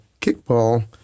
kickball